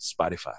Spotify